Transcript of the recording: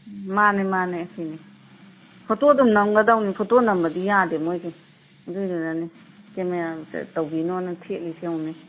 ꯃꯥꯅꯦ ꯃꯥꯅꯦ ꯑꯁꯤꯅꯦ ꯐꯣꯇꯣꯗꯨꯝ ꯅꯝꯒꯗꯧꯅꯦ ꯐꯣꯇꯣ ꯅꯝꯕꯗꯤ ꯌꯥꯗꯦ ꯃꯣꯏꯁꯦ ꯑꯗꯨꯏꯗꯨꯅꯅꯦ ꯀꯦꯃꯦꯔꯥ ꯇꯧꯕꯤꯅꯣꯅ ꯊꯦꯠꯂꯤꯁꯦ ꯌꯦꯡꯉꯨꯅꯦ